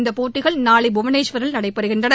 இந்த போட்டிகள் நாளை புவனேஷ்வரில் நடைபெறுகின்றன